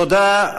תודה.